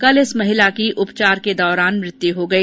कल इस महिला की उपचार के दौरान मृत्यु हो गई